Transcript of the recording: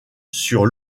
sur